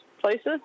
places